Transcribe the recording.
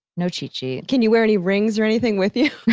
no cheat sheet. can you wear any rings or anything with you?